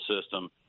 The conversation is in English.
system